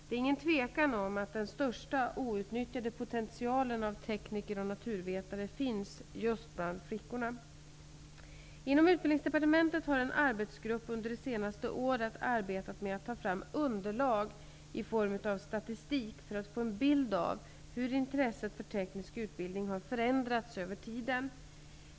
Det är ingen tvekan om att den största outnyttjade potentialen av tekniker och naturvetare finns just bland flickorna. Inom Utbildningsdepartementet har en arbetsgrupp under det senaste året arbetat med att ta fram underlag i form av statistik för att få en bild av hur intresset för teknisk utbildning har förändrats över tiden.